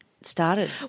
started